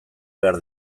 behar